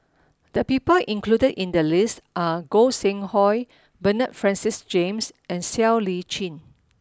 the people included in the list are Gog Sing Hooi Bernard Francis James and Siow Lee Chin